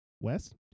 west